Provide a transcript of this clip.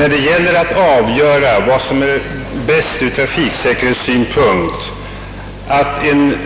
Herr talman! Skall en